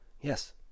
Yes